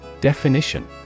Definition